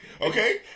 Okay